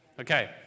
Okay